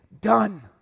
done